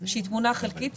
שהיא תמונה חלקית,